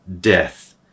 death